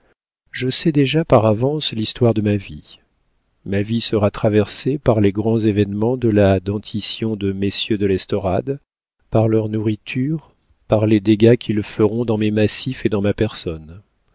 je sais déjà par avance l'histoire de ma vie ma vie sera traversée par les grands événements de la dentition de messieurs de l'estorade par leur nourriture par les dégâts qu'ils feront dans mes massifs et dans ma personne